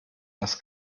das